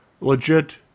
legit